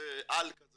תכנית-על של